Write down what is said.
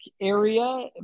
area